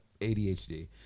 ADHD